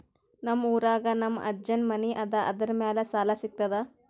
ನಮ್ ಊರಾಗ ನಮ್ ಅಜ್ಜನ್ ಮನಿ ಅದ, ಅದರ ಮ್ಯಾಲ ಸಾಲಾ ಸಿಗ್ತದ?